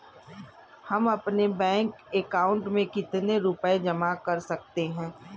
हम अपने bank account में कितने रुपये जमा कर सकते हैं?